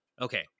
Okay